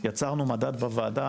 יצרנו מדד בוועדה,